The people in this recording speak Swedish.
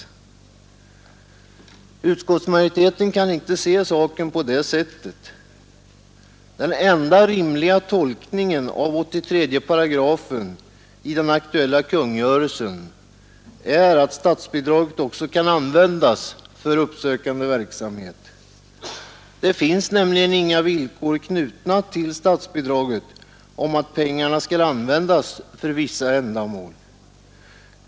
Granskning av Utskottsmajoriteten kan inte se saken på det sättet. Den enda rimliga — Statsrådens tolkningen av 83 § i den aktuella kungörelsen är att statsbidraget också ämbetsutövning kan användas för uppsökande verksamhet. Det finns nämligen inga villkor 71. m. knutna till statsbidraget om att pengarna skall användas för vissa Behandlingen av ändamål.